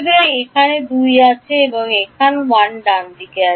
সুতরাং এখানে 2 আছে এবং এখানে 1 ডানদিকে আছে